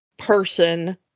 person